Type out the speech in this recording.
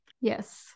Yes